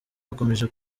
bakomeje